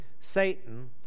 Satan